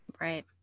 right